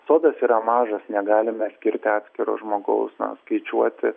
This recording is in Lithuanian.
sodas yra mažas negalime skirti atskiro žmogaus na skaičiuoti